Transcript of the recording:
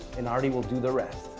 and arti will do the rest.